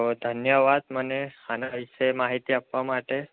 તો ધન્યવાદ મને આના વિશે માહિતી આપવા માટે